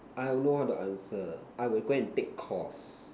I will know how to answer I will go and take course